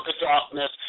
darkness